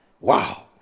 Wow